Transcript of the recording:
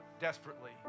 desperately